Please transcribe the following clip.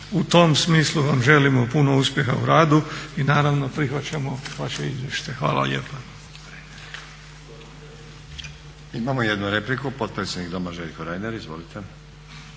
U tom smislu vam želimo puno uspjeha u radu i naravno prihvaćamo vaše izvješće. Hvala lijepa.